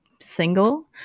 single